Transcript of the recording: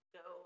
go